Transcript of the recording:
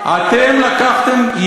אתם לקחתם,